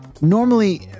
Normally